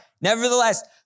Nevertheless